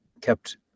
kept